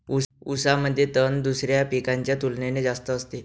ऊसामध्ये तण दुसऱ्या पिकांच्या तुलनेने जास्त असते